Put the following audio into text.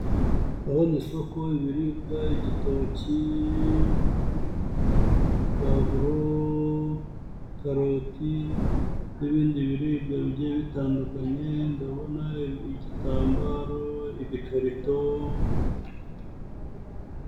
Ndabona isoko, ibiribwa, igito, pavuro, karoti, n'ibindi biribwa bigiye bitandukanye, ndabona igitambaro, ibikarito.